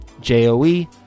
J-O-E